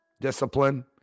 discipline